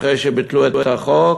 אחרי שביטלו את החוק,